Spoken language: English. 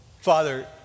Father